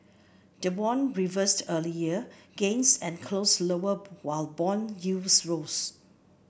the won reversed earlier gains and closed lower while bond yields rose